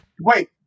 Wait